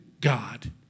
God